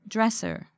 Dresser